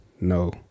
no